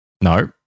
No